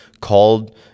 called